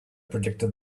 predicted